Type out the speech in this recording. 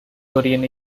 korean